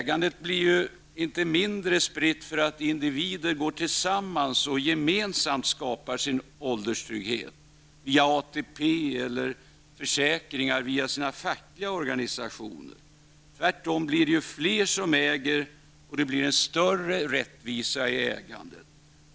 Ägandet blir ju inte mindre spritt för att individer går tillsammans och gemensamt skapar sin ålderstrygghet via ATP, försäkringar eller via sina fackliga organisationer. Det blir tvärtom fler som äger och en större rättvisa i ägandet.